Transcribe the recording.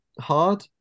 hard